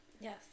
Yes